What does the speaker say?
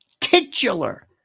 titular